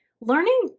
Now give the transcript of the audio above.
Learning